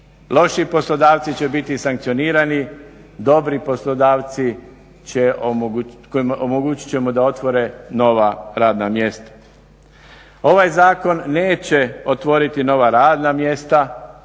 Loši poslodavci će biti sankcionirati, dobri poslodavci će, omogućit ćemo da otvore nova radna mjesta. Ovaj Zakon neće otvoriti nova radna mjesta